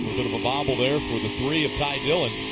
bit of a bobble there for the three of ty dillon.